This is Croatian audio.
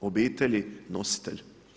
obitelji nositelj?